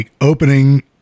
opening